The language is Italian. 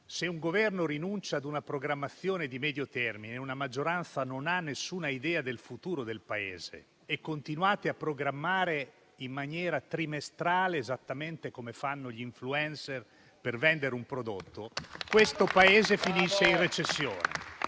se un Governo rinuncia a una programmazione di medio termine, se una maggioranza non ha alcuna idea del futuro del Paese e continua a programmare in maniera trimestrale, esattamente come fanno gli *influencer* per vendere un prodotto, questo Paese finisce in recessione.